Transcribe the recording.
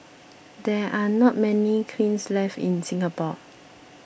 there are not many kilns left in Singapore